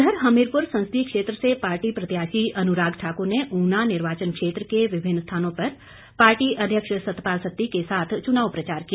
उधर हमीरपुर संसदीय क्षेत्र से पार्टी प्रत्याशी अनुराग ठाकुर ने ऊना निर्वाचन क्षेत्र के विभिन्न स्थानों पर पार्टी अध्यक्ष सतपाल सत्ती के साथ चुनाव प्रचार किया